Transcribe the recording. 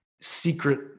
secret